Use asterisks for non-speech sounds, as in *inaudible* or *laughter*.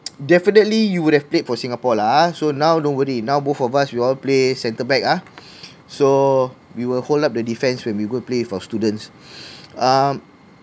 definitely you would have played for singapore lah ah so now don't worry now both of us we all play centre back ah so we will hold up the defence when we go play for students *breath* um